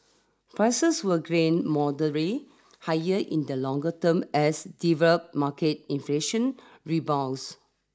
prices will grained moderate higher in the longer term as develop market inflation rebounds